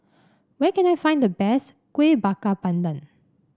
where can I find the best Kuih Bakar Pandan